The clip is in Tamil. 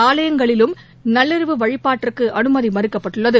ஆலயங்களிலும் நள்ளிரவு வழிபாட்டிற்குஅனுமதிமறுக்கப்பட்டுள்ளது